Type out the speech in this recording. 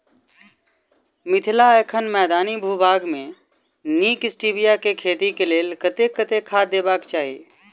मिथिला एखन मैदानी भूभाग मे नीक स्टीबिया केँ खेती केँ लेल कतेक कतेक खाद देबाक चाहि?